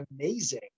amazing